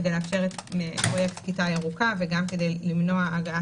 כדי לאפשר פרויקט כיתה ירוקה וגם למנוע הגעה